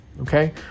okay